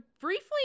briefly